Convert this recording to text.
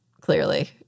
clearly